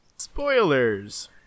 Spoilers